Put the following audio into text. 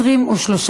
סעיף 1 נתקבל.